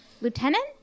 Lieutenant